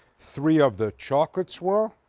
three of the chocolate swirl.